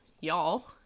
Y'all